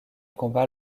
combat